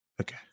Okay